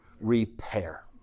repair